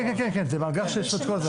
כן, כן, כן, זה מאגר שיש לו את הכול.